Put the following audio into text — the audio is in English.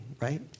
right